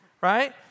right